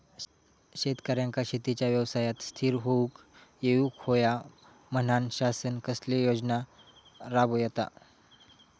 शेतकऱ्यांका शेतीच्या व्यवसायात स्थिर होवुक येऊक होया म्हणान शासन कसले योजना राबयता?